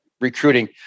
recruiting